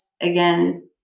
Again